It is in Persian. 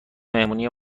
مهمونی